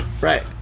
Right